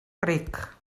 ric